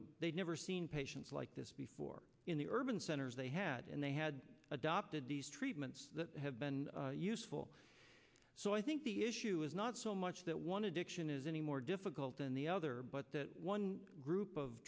them they'd never seen patients like this before in the urban centers they had and they had adopted these treatments that have been useful so i think the issue is not so much that one addiction is any more difficult than the other but that one group of